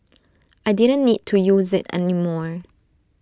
I didn't need to use IT any more